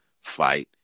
fight